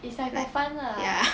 it's like for fun lah